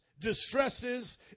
distresses